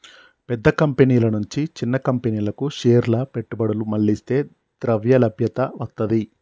పెద్ద కంపెనీల నుంచి చిన్న కంపెనీలకు షేర్ల పెట్టుబడులు మళ్లిస్తే ద్రవ్యలభ్యత వత్తది